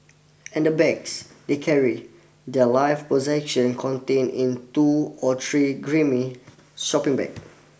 and the bags they carry their life possession contained in two or three grimy shopping bag